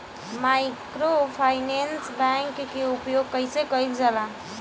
Microfinance bank के उपयोग कइसे कइल जाला?